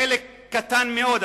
חלק קטן מאוד,